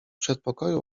przedpokoju